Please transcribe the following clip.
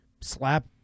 slap